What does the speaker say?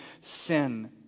sin